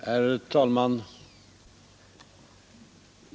Herr talman!